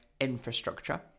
infrastructure